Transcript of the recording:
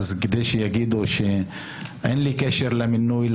אז כדי שיגידו שאין לי קשר למינוי,